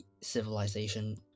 civilization